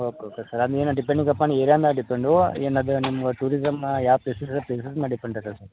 okay okay sir ಅದ್ನ ಏನು depending upon area ಮೇಲ್ ಡಿಪೆಂಡೋ ಏನು ಅದು ನಿಮ್ಮ ಟೂರಿಸಮ್ಮ ಯಾವ ಪ್ಲೇಸಸ್ ಇದೆ ಪ್ಲೇಸಸ್ ಮೇಲೆ ಡಿಪೆಂಡ್ ಇದೆ ಸರ್